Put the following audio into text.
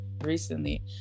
recently